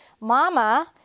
mama